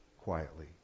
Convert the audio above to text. quietly